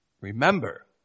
Remember